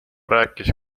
rääkis